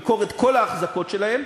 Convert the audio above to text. למכור את כל האחזקות שלהן.